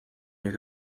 mehr